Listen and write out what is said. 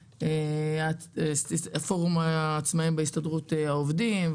פורום העצמאים בהסתדרות העובדים,